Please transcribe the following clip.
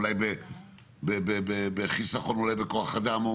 אולי בחיסכון בכוח אדם,